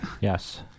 Yes